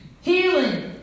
Healing